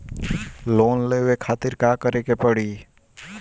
Loan लेवे खातिर का करे के पड़ी?